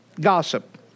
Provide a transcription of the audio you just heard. Gossip